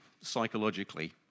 psychologically